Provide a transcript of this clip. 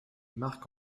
mark